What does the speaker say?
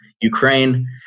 Ukraine